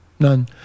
None